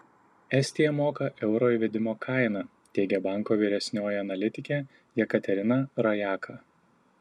estija moka euro įvedimo kainą teigia banko vyresnioji analitikė jekaterina rojaka